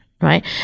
right